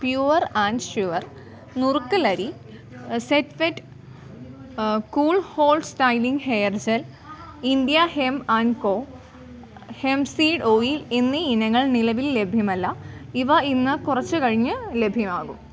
pure and sure നുറുക്കലരി set wet cool hold styling hair gel India hemp and co hemp seed oil എന്നീ ഇനങ്ങൾ നിലവിൽ ലഭ്യമല്ല ഇവ ഇന്ന് കുറച്ചു കഴിഞ്ഞ് ലഭ്യമാകും